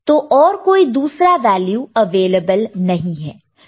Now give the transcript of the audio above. तो और कोई दूसरा वैल्यू अवेलेबल नहीं है